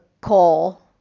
call